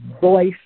voice